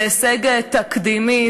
זה הישג תקדימי,